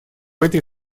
этой